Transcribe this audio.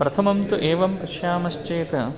प्रथमं तु एवं पश्यामश्चेत्